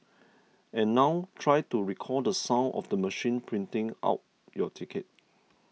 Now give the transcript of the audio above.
and now try to recall the sound of the machine printing out your ticket